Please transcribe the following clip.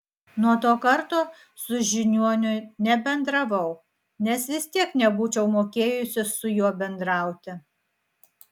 nuo to karto su žiniuoniu nebendravau nes vis tiek nebūčiau mokėjusi su juo bendrauti